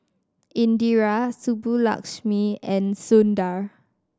Indira Subbulakshmi and Sundar